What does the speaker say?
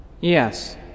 Yes